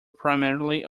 primarily